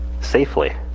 safely